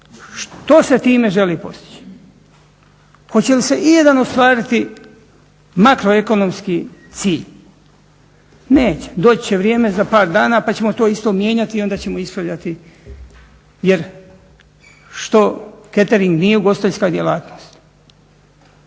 Što se time želi postići? Hoće li se ijedan ostvariti makroekonomski cilj? Neće. Doći će vrijeme za par dana pa ćemo to isto mijenjati i onda ćemo ispravljati jer što ketering nije ugostiteljska djelatnost?